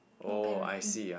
no guarantee